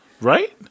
Right